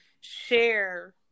share